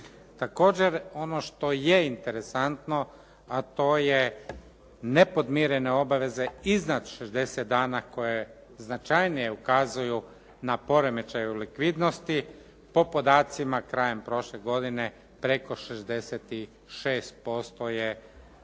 Također, ono što je interesantno, a to je nepodmirene obaveze iznad 60 dana koje značajnije ukazuju na poremećaj u likvidnosti po podacima krajem prošle godine preko 66% je